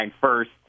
first